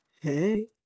hey